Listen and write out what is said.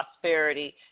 Prosperity